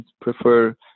prefer